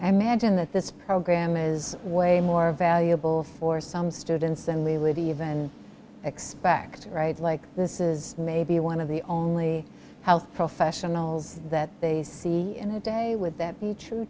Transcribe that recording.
i magine that this program is way more valuable for some students and we would even expect rights like this is maybe one of the only health professionals that they see in a day would that be true